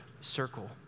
circle